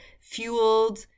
fueled